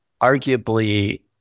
arguably